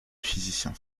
physicien